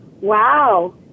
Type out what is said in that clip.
Wow